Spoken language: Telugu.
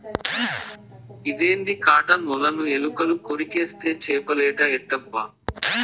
ఇదేంది కాటన్ ఒలను ఎలుకలు కొరికేస్తే చేపలేట ఎట్టబ్బా